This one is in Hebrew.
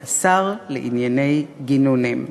/ השר לענייני גינונים.